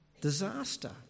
disaster